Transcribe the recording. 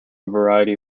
variety